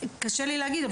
אף על פי שקשה לי להגיד כך,